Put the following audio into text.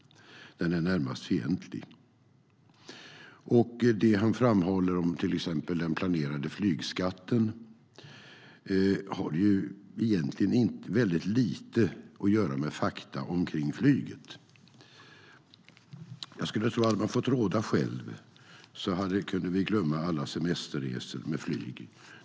Den är närmast fientlig. Det Dalunde framhåller om den planerade flygskatten har egentligen väldigt lite att göra med fakta omkring flyget. Hade han själv fått råda tror jag att vi kunde glömma alla semesterresor med flyg.